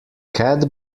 cat